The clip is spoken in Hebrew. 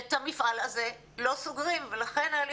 שאת המפעל הזה לא סוגרים ולכן היה לי